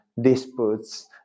disputes